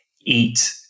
eat